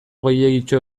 gehiegitxo